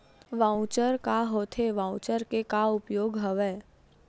Voucher का होथे voucher के का उपयोग हवय?